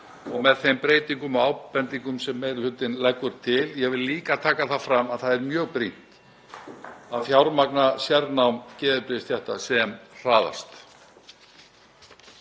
og með þeim breytingum og ábendingum sem meiri hlutinn leggur til. Ég vil líka taka fram að það er mjög brýnt að fjármagna sérnám geðheilbrigðisstétta sem hraðast.